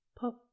Pop